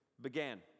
began